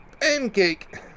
Pancake